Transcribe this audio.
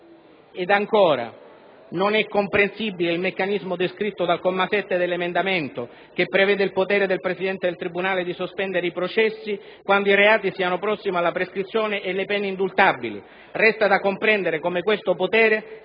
Ancora, non è comprensibile il meccanismo descritto dal comma 7 dell'emendamento, che prevede il potere del presidente del tribunale di sospendere i processi quando i reati siano prossimi alla prescrizione e le pene indultabili. Resta da comprendere come questo potere